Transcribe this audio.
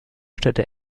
städte